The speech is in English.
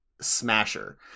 Smasher